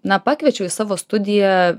na pakviečiau į savo studiją